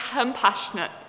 compassionate